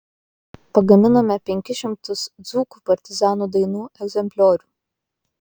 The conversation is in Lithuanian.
pagaminome penkis šimtus dzūkų partizanų dainų egzempliorių